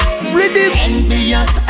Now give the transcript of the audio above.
Envious